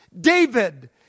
David